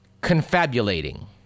confabulating